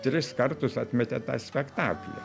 tris kartus atmetė tą spektaklį